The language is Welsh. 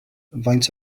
faint